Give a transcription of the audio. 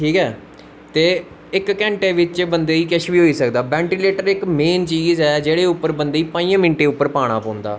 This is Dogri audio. ठीक ऐ ते इक घैंटे बिच्च बंदे गी किश बी होई सकदा बैंटिलेटर इक मेन चीज़ ऐ जेह्दे उप्पर बंदे गी पंजे मिन्दे उप्पर पाना पौंदा